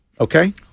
Okay